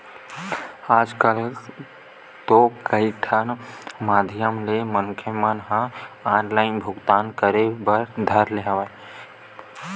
आजकल तो कई ठन माधियम ले मनखे मन ह ऑनलाइन भुगतान करे बर धर ले हवय